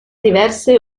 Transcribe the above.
diverse